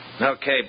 Okay